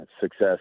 success